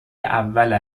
اول